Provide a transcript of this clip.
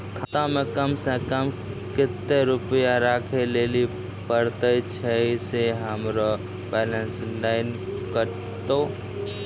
खाता मे कम सें कम कत्ते रुपैया राखै लेली परतै, छै सें हमरो बैलेंस नैन कतो?